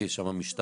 כי יש שם משטרה,